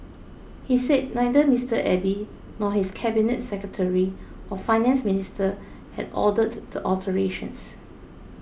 he said neither Mister Abe nor his cabinet secretary or Finance Minister had ordered the alterations